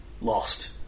Lost